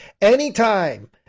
anytime